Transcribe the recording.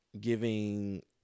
giving